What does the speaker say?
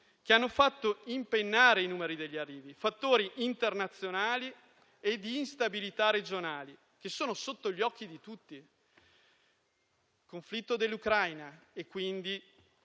che hanno fatto impennare i numeri degli arrivi. Si tratta di fattori internazionali e di instabilità regionali che sono sotto gli occhi di tutti: il conflitto in Ucraina e quindi